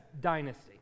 dynasty